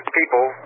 people